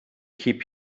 keep